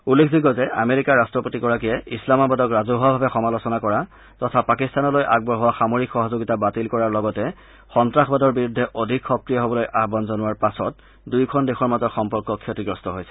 উল্লেখযোগ্য যে আমেৰিকাৰ ৰাট্টপতিগৰাকীয়ে ইছলামাবাদক ৰাজহুৱাভাৱে সমালোচনা কৰা তথা পাকিস্তানলৈ আগবঢ়ো সামৰিক সহযোগিতা বাতিল কৰাৰ লগতে সন্ত্ৰাসবাদৰ বিৰুদ্ধে অধিক সক্ৰিয় হবলৈ আহান জনোৱাৰ পাছত দুয়োখন দেশৰ মাজৰ সম্পৰ্ক ক্ষতিগ্ৰস্ত হৈছিল